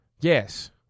Yes